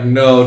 no